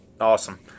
Awesome